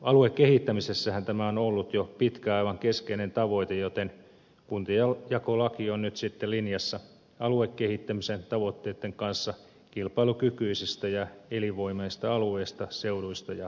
aluekehittämisessähän tämä on ollut jo pitkään aivan keskeinen tavoite joten kuntajakolaki on nyt sitten linjassa aluekehittämisen tavoitteitten kanssa kilpailukykyisistä ja elinvoimaisista alueista seuduista ja kunnista